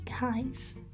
guys